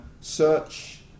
search